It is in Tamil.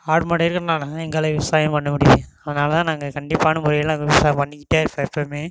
ஆடு மாடு இருக்கறதுனால் தான் எங்களால் விவசாயம் பண்ண முடியுது அதனால் தான் நாங்கள் கண்டிப்பான முறையில் விவசாயம் பண்ணிக்கிட்டே இருப்போம் எப்போவுமே